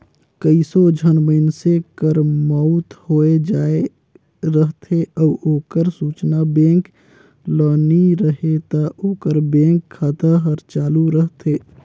कइयो झन मइनसे कर मउत होए जाए रहथे अउ ओकर सूचना बेंक ल नी रहें ता ओकर बेंक खाता हर चालू रहथे